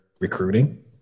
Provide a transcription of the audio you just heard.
recruiting